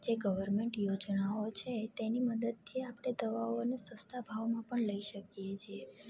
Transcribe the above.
જે ગવર્મેન્ટ યોજનાઓ છે તેની મદદથી આપણે દવાઓને સસ્તા ભાવમાં પણ લઈ શકીએ છીએ